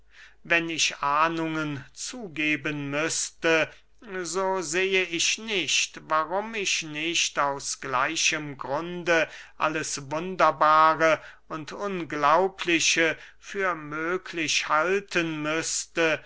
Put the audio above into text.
wenn ich ahnungen zugeben müßte so sehe ich nicht warum ich nicht aus gleichem grunde alles wunderbare und unglaubliche für möglich halten müßte